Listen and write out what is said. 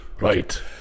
right